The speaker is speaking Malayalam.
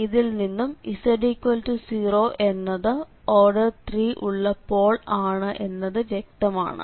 ഇതിൽനിന്നും z0 എന്നത് ഓർഡർ 3 ഉള്ള പോൾ ആണ് എന്നത് വ്യക്തമാണ്